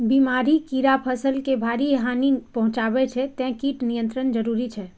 बीमारी, कीड़ा फसल के भारी हानि पहुंचाबै छै, तें कीट नियंत्रण जरूरी छै